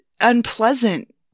unpleasant